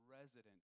resident